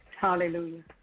Hallelujah